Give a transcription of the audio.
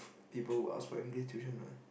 people would ask for English tuition what